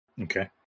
Okay